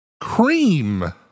CREAM